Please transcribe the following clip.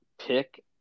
pick –